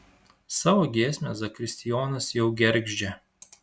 savo giesmę zakristijonas jau gergždžia